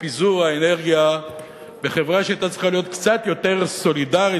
פיזור האנרגיה בחברה שהיתה צריכה להיות קצת יותר סולידרית,